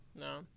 No